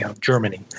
Germany